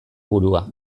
burua